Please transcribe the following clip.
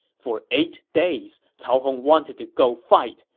for eight days, cao hong wanted to go fight,